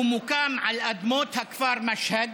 הוא מוקם על אדמות הכפר משהד,